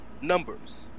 numbers